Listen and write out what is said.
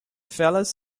fellas